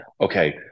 okay